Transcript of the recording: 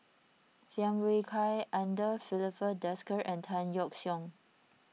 Tham Yui Kai andre Filipe Desker and Tan Yeok Seong